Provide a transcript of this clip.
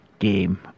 game